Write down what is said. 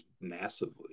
massively